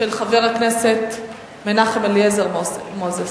חבר הכנסת מנחם אליעזר מוזס.